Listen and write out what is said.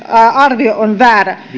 arvio on väärä